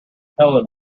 helene